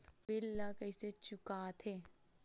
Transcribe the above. bill ला कइसे चुका थे